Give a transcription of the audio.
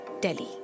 Delhi